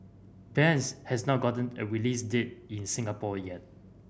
bends has not gotten a release date in Singapore yet